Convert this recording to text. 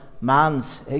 man's